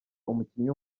umukinnyi